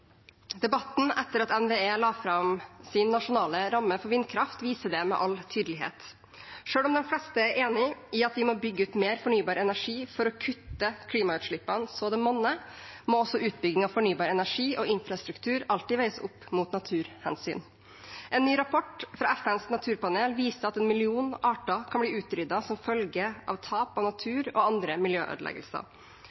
Debatten etter at NVE la fram sin nasjonale ramme for vindkraft, viser det med all tydelighet. Selv om de fleste er enig i at vi må bygge ut mer fornybar energi for å kutte klimagassutslippene så det monner, må også utbygging av fornybar energi og infrastruktur alltid veies opp mot naturhensyn. En ny rapport fra FNs naturpanel viser at en million arter kan bli utryddet som følge av tap av